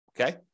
Okay